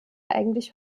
eigentlich